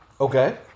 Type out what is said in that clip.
Okay